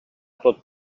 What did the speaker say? tot